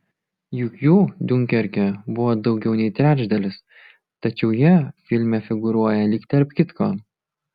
juk jų diunkerke buvo daugiau nei trečdalis tačiau jie filme figūruoja lyg tarp kitko